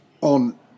on